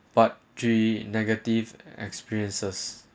but three negative experiences